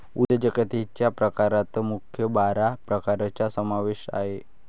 उद्योजकतेच्या प्रकारात मुख्य बारा प्रकारांचा समावेश आहे